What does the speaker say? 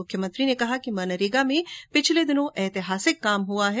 मुख्यमंत्री ने कहा कि मनरेगा में पिछले दिनों ऐतिहासिक काम हुआ है